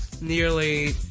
nearly